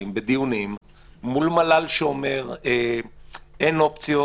בדיונים מול מל"ל שאומר שאין אופציות